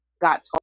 got